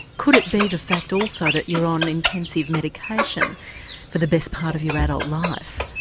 could it be the fact also that you're on intensive medication for the best part of your adult life?